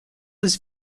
was